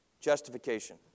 Justification